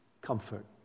Comfort